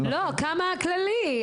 לא, כמה כללי.